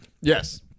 Yes